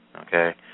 okay